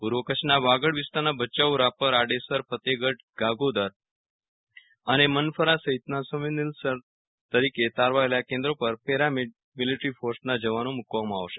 પૂર્વ કચ્છના વાગડ વિસ્તારના ભચાઉ રાપર આડેસર ફતેહગઢ ગાગોદર અને મનફરા સહિતના સંવેદનશીલ તરીકે તારવાયેલાં કેન્દ્રો પર પેરામિલિટરી ફોર્સના જવાનો મૂકવામાં આવશે